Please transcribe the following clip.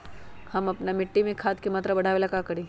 हम अपना मिट्टी में खाद के मात्रा बढ़ा वे ला का करी?